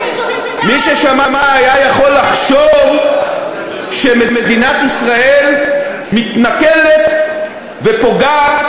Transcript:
מי ששמע היה יכול לחשוב שמדינת ישראל מתנכלת ופוגעת,